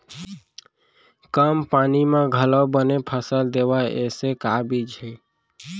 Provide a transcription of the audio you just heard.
कम पानी मा घलव बने फसल देवय ऐसे का बीज हे?